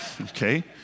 Okay